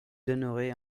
donnerai